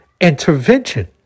intervention